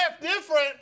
different